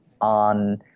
on